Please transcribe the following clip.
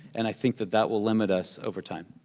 and i think that that will limit us over time.